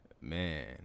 Man